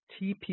TP